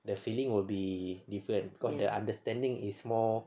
the feeling will be different cause the understanding is more